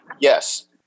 Yes